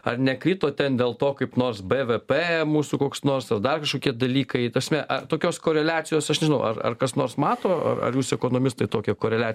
ar nekrito ten dėl to kaip nors bvp mūsų koks nors ar dar kažkokie dalykai ta prasme tokios koreliacijos aš nežinau ar ar kas nors mato ar ar jūs ekonomistai tokią korelia